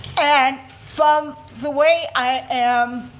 and from the way i am